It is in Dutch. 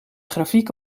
grafiek